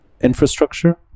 infrastructure